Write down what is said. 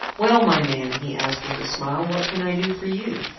well, my man, he asked with a smile, what can i do for you?